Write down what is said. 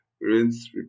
Rinse